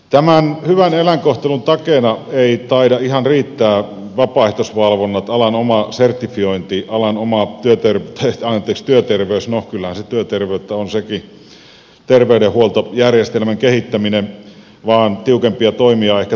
tämän hyvän eläinkohtelun takeena eivät taida ihan riittää vapaaehtoisvalvonnat alan oma sertifiointi alan oman työterveys no kyllähän se työterveyttä on sekin terveydenhuoltojärjestelmän kehittäminen vaan tiukempia toimia ehkä tarvitaan